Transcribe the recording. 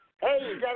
Hey